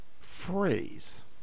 phrase